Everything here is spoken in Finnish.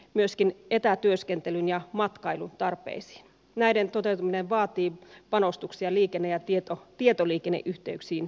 myöskin etätyöskentelyyn ja matkailun tarpeisiin näiden toteutuminen vaatii panostuksia liikenne ja tieto tietoliikenneyhteyksi